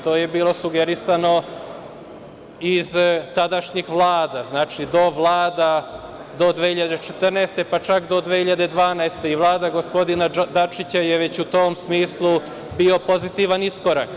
To je bilo sugerisano iz tadašnjih vlada, znači, do 2014. godine, pa čak do 2012. godine i Vlada gospodina Dačića je već u tom smislu bio pozitivan iskorak.